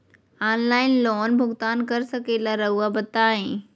Online loan भुगतान कर सकेला राउआ बताई?